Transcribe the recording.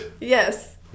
Yes